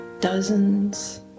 Dozens